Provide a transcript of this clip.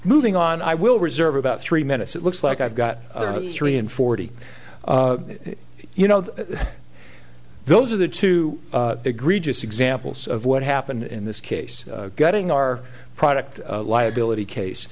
moving on i will reserve about three minutes it looks like i've got three and forty you know those are the two egregious examples of what happened in this case getting our product liability case